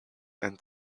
and